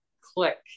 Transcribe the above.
click